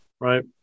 Right